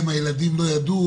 הילדים לא ידעו,